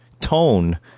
tone